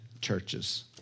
churches